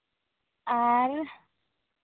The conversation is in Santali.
ᱟᱨ